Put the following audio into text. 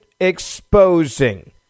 exposing